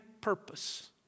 purpose